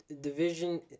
division